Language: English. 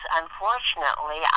unfortunately